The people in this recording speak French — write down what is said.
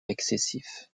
excessif